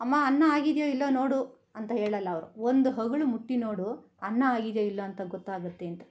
ಅಮ್ಮ ಅನ್ನ ಆಗಿದೆಯೋ ಇಲ್ವೋ ನೋಡು ಅಂತ ಹೇಳೋಲ್ಲ ಅವರು ಒಂದು ಅಗಳು ಮುಟ್ಟಿ ನೋಡು ಅನ್ನ ಆಗಿದೆಯೋ ಇಲ್ವೋ ಅಂತ ಗೊತ್ತಾಗುತ್ತೆ ಅಂತ